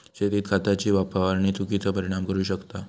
शेतीत खताची फवारणी चुकिचो परिणाम करू शकता